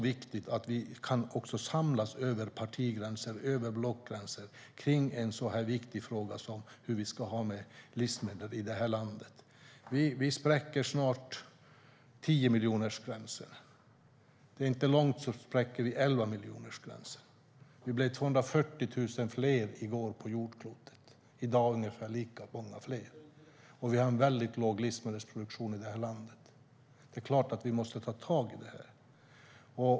Vi måste kunna samlas över partigränser och blockgränser kring den viktiga frågan hur vi ska ha det med livsmedel i det här landet. Vi spräcker snart tiomiljonersgränsen, och det är inte så långt tills vi spräcker elvamiljonersgränsen. Vi blev 240 000 fler på jordklotet i går och blir ungefär lika många fler i dag. Men vi har en väldigt låg livsmedelsproduktion i det här landet. Det är klart att vi måste tag i detta.